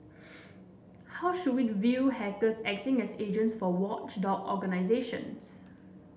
how should we view hackers acting as agents for watchdog organisations